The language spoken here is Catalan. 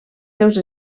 seus